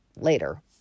later